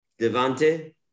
Devante